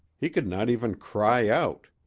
he could not even cry out.